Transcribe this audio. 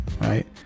right